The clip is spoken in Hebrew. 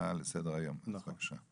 ההצעה לסדר היום, בבקשה.